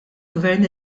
gvern